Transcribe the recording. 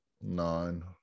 nine